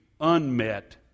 unmet